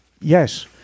Yes